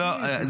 א.